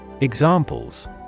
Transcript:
Examples